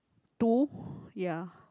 to ya